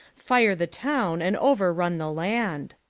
fire the town, and over-run the land.